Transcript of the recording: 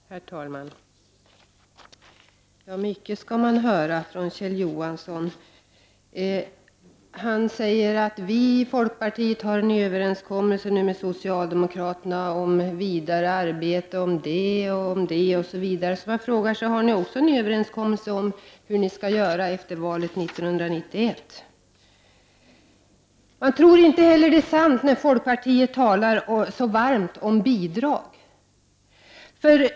Herr talman! Mycket skall man höra från Kjell Johansson. Han sade att folkpartiet har en överenskommelse med socialdemokraterna. Då undrar jag: Har ni en överenskommelse också om hur ni skall göra efter valet 1991? Man tror inte att det är sant när någon från folkpartiet talar så varmt för — Prot. 1989/90:140 bidrag.